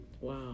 Wow